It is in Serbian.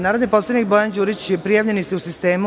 Narodni poslanik Bojan Đurić je prijavljen u sistemu.